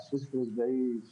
ב-16 ביולי 2018,